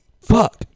Fuck